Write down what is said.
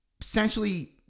essentially